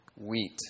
Wheat